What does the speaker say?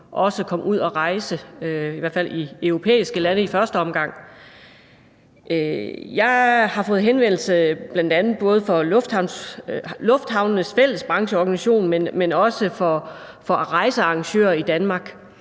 rejse, i hvert fald til europæiske lande i første omgang. Jeg har fået henvendelser fra både lufthavnenes fælles brancheorganisation og fra rejsearrangører i Danmark,